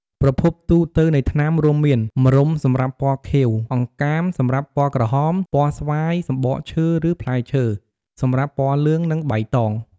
ប្រភពទូទៅនៃថ្នាំរួមមាន ម្រុំសម្រាប់ពណ៌ខៀវ អង្កាមសម្រាប់ពណ៌ក្រហម ពណ៌ស្វាយ សំបកឈើឬផ្លែឈើសម្រាប់ពណ៌លឿងនិងបៃតង។